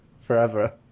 forever